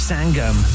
Sangam